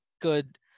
good